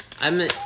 I'm-